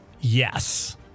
Yes